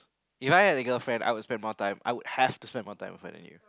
If I had a girlfriend I would spend more time I would have to spend more time with her anyway